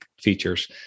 features